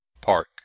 park